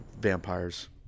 Vampires